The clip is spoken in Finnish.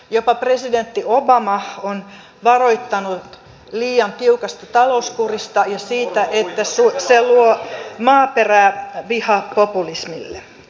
jopa presidentti obama on varoittanut liian tiukasta talouskurista ja siitä että se luo maaperää vihapopulismille